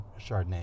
Chardonnay